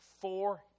four